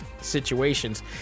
situations